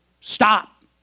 Stop